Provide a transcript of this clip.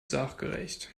sachgerecht